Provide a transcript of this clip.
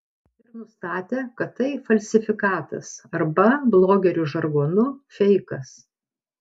ir nustatė kad tai falsifikatas arba blogerių žargonu feikas